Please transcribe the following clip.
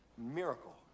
miracle